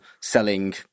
selling